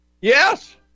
yes